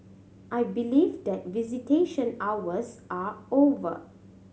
I believe that visitation hours are over